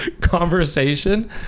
conversation